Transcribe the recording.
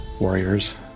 warriors